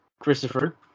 Christopher